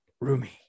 Rumi